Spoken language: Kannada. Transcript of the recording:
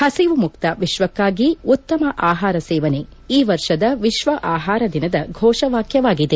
ಹಸಿವು ಮುಕ್ತ ವಿಶ್ವಕ್ಕಾಗಿ ಉತ್ತಮ ಆಹಾರ ಸೇವನೆ ಈ ವರ್ಷದ ವಿಶ್ವ ಆಹಾರ ದಿನದ ಘೋಷ ವಾಕ್ಯವಾಗಿದೆ